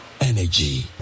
energy